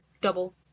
double